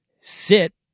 sit